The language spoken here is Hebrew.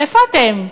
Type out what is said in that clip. איפה אתם?